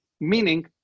meaning